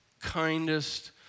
kindest